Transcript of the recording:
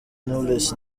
knowless